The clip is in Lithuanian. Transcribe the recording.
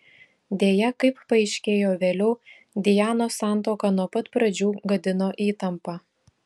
deja kaip paaiškėjo vėliau dianos santuoką nuo pat pradžių gadino įtampa